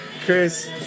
Chris